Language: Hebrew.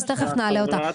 תכף נעלה אותה.